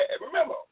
remember